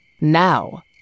Now